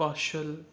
कौशल